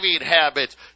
habits